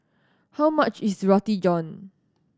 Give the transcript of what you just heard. how much is Roti John